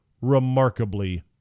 remarkably